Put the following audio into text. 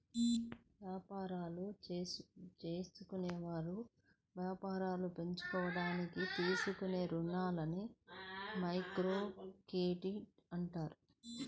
యాపారాలు జేసుకునేవాళ్ళు యాపారాలు పెంచుకోడానికి తీసుకునే రుణాలని మైక్రోక్రెడిట్ అంటారు